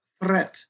threat